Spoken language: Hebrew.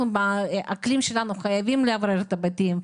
באקלים שלנו אנחנו חייבים לאוורר את הבתים.